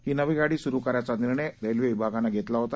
ही नवी गाडी सुरु करायचा निर्णय रेल्वे विभागानं घेतला होता